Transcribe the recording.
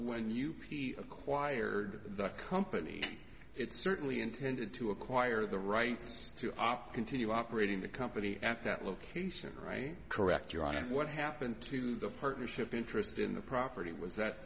you acquired the company it certainly intended to acquire the rights to opt continue operating the company at that location right correct your honor and what happened to the partnership interest in the property was that